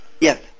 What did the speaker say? Yes